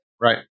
right